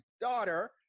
daughter